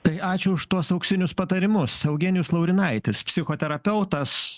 tai ačiū už tuos auksinius patarimus eugenijus laurinaitis psichoterapeutas